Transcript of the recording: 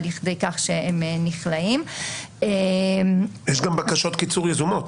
יש גם בקשות קיצור יזומות.